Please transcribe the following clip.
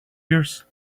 yours